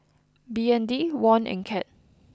B N D Won and Cad